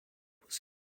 was